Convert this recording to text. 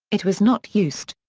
it was not used.